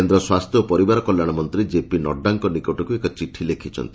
କେନ୍ଦ ସ୍ୱାସ୍ଥ୍ୟ ଓ ପରିବାର କଲ୍ୟାଶ ମନ୍ତୀ ଜେପି ନଡ୍ତାଙ୍କ ନିକଟକୁ ଏକ ଚିଠି ଲେଖୃଛନ୍ତି